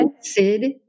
Sid